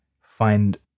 find